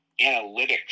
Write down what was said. analytics